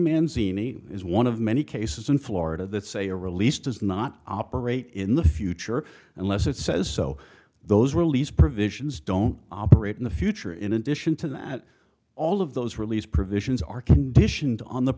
xeni is one of many cases in florida that say a release does not operate in the future unless it says so those release provisions don't operate in the future in addition to that all of those released provisions are conditioned on the